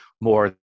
more